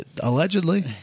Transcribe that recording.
Allegedly